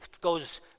goes